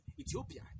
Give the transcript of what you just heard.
Ethiopia